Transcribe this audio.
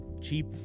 cheap